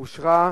נתקבלה.